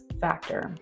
factor